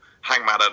Hangman